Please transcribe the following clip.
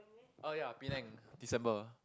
oh ya Penang December